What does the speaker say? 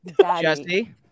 Jesse